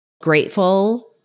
grateful